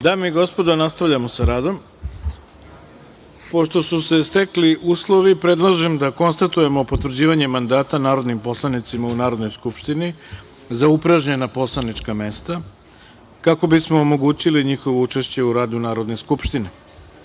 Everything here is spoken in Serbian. Dame i gospodo, nastavljamo sa radom. Pošto su se stekli uslovi, predlažem da konstatujemo potvrđivanje mandata narodnim poslanicima u Narodnoj skupštini za upražnjena poslanička mesta, kako bismo omogućili njihovo učešće u radu Narodne skupštine. Uručena